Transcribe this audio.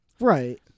Right